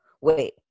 wait